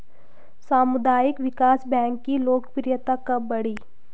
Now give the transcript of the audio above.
सामुदायिक विकास बैंक की लोकप्रियता कब बढ़ी?